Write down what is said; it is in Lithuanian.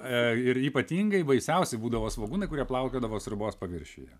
ir ypatingai baisiausi būdavo svogūnai kurie plaukiodavo sriubos paviršiuje